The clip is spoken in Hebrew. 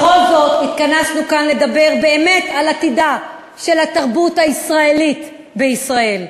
בכל זאת התכנסנו כאן לדבר באמת על עתידה של התרבות הישראלית בישראל.